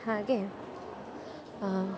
ಹಾಗೆ